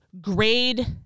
grade